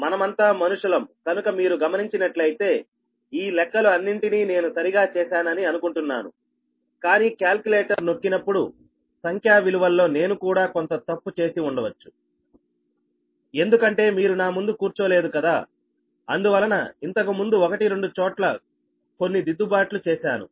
మనమంతా మనుషులం కనుక మీరు గమనించినట్లయితే ఈ లెక్కలు అన్నింటినీ నేను సరిగా చేశానని అనుకుంటున్నాను కానీ కాలిక్యులేటర్ నొక్కినప్పుడు సంఖ్యా విలువల్లో నేను కూడా కొంత తప్పు చేసి ఉండవచ్చు ఎందుకంటే మీరు నా ముందు కూర్చో లేదు కదా అందువలన ఇంతకు ముందు ఒకటి రెండు చోట్ల కొన్ని దిద్దుబాట్లు చేశాను